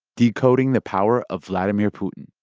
decoding the power of vladimir putin